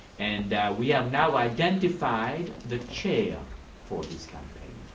and we have now identified the chair for this campaign.